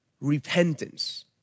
repentance